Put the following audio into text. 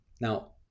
Now